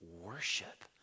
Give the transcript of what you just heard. worship